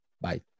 Bye